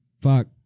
Fuck